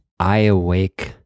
iAwake